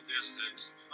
distance